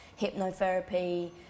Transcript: hypnotherapy